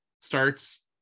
starts